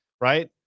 right